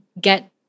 get